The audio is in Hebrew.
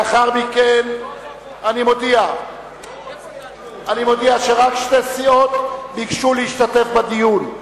אני מודיע שרק שתי סיעות ביקשו להשתתף בדיון,